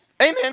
Amen